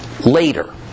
later